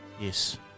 Yes